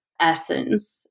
essence